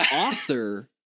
author